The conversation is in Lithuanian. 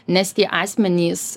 nes tie asmenys